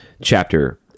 chapter